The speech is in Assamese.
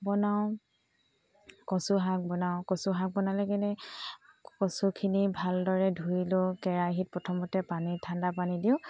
বনাওঁ কচুশাক বনাওঁ কচুশাক বনালেকেনে কচুখিনি ভালদৰে ধুই লওঁ কেৰাহিত প্ৰথমতে পানী ঠাণ্ডা পানী দিওঁ